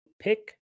pick